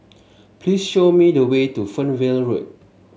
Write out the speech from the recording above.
please show me the way to Fernvale Road